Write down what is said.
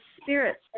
spirits